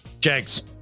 Jags